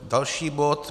Další bod.